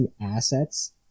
assets